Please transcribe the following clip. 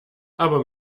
aber